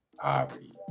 poverty